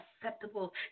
acceptable